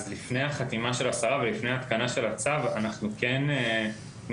אז לפני החתימה של השרה ולפני ההתקנה של הצו אנחנו כן נצטרך